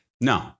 No